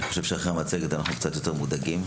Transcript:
אני חושב שאחרי המצגת אנחנו קצת יותר מודאגים,